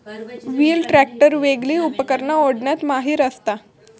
wheel tractor वेगली उपकरणा ओढण्यात माहिर असता